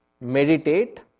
Meditate